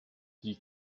die